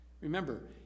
Remember